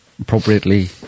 appropriately